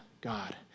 God